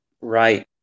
Right